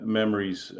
memories